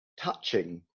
touching